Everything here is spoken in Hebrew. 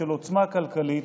של עוצמה כלכלית,